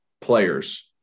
players